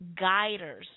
guiders